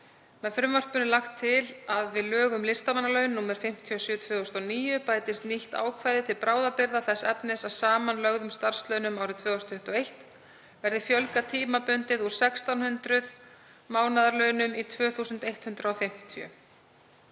Með frumvarpinu er lagt til að við lög um listamannalaun, nr. 57/2009, bætist nýtt ákvæði til bráðabirgða þess efnis að samanlögðum starfslaunum árið 2021 verði fjölgað tímabundið úr 1.600 mánaðarlaunum í 2.150.